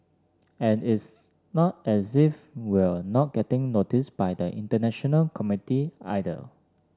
and it's not as if we're not getting noticed by the international community either